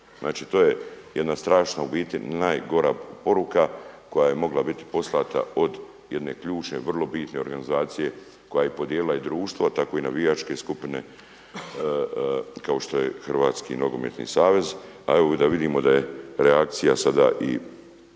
Znači to je jedna strašna u biti najgora poruka koja je mogla biti poslata od jedne ključne, vrlo bitne organizacije koja je podijelila i društvo, a tako i navijačke skupine kao što je Hrvatski nogometni savez. A evo da vidimo da je reakcija sada i